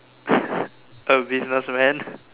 a businessman